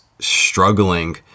struggling